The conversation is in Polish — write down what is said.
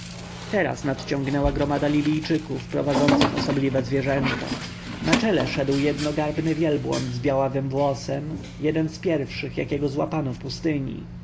nadciągnęła gromada libijczyków prowadzących osobliwe zwierzęta na czele szedł jednogarbny wielbłąd z białawym włosem jeden z pierwszych jakiego złapano w pustyni